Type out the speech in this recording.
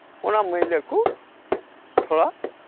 ᱚᱱᱟ ᱢᱟᱹᱭᱞᱟᱹ ᱠᱚ ᱛᱷᱚᱲᱟ